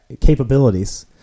capabilities